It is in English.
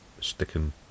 sticking